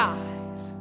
eyes